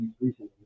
recently